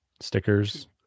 stickers